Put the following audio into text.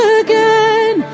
again